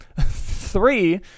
Three